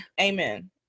amen